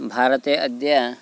भारते अद्य